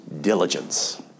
diligence